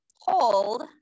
Hold